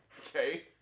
Okay